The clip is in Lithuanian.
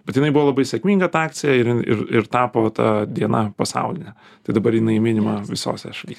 bet jinai buvo labai sėkminga ta akcija ir jin ir tapo ta diena pasauline tai dabar jinai minima visose šalyse